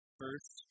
first